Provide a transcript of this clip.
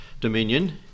dominion